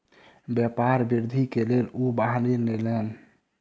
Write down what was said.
व्यापार वृद्धि के लेल ओ वाहन ऋण लेलैन